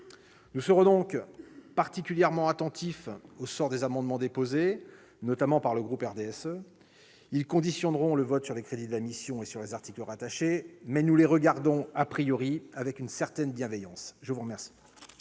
Nous serons donc particulièrement attentifs au sort des amendements déposés, notamment par le groupe du RDSE. Il conditionnera notre vote sur les crédits de la mission et sur les articles rattachés. Nous les accueillons,, avec une certaine bienveillance. La parole